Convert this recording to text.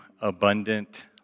abundant